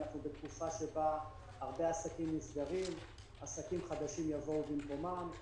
אנחנו בתקופה שבה הרבה עסקים נסגרים ועסקים חדשים יבואו במקומם.